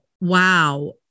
Wow